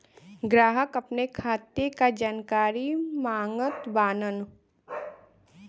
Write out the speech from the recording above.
ग्राहक अपने खाते का जानकारी मागत बाणन?